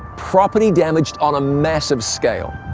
property damaged on a massive scale.